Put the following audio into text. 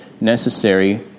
necessary